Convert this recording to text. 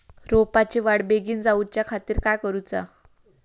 रोपाची वाढ बिगीन जाऊच्या खातीर काय करुचा?